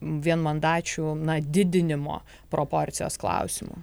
vienmandačių na didinimo proporcijos klausimu